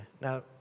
Now